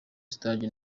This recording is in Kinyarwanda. stage